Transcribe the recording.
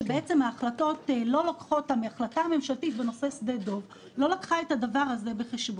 שבעצם ההחלטה הממשלתית בנושא שדה דב לא לקחה את הדבר הזה בחשבון.